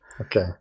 okay